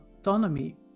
autonomy